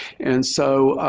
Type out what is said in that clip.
and so,